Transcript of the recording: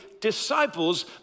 disciples